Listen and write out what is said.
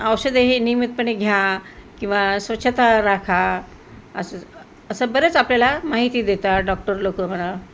औषधे हे नियमितपणे घ्या किंवा स्वच्छता राखा असं असं बरेच आपल्याला माहिती देतात डॉक्टर लोकं म्हणा